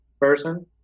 person